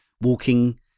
walking